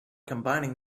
combining